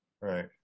Right